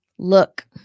Look